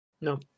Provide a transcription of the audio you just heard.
No